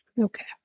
Okay